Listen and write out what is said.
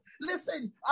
Listen